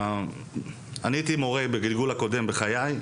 אני הייתי מורה בגלגול הקודם בחיי,